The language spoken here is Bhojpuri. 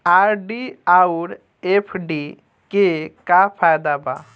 आर.डी आउर एफ.डी के का फायदा बा?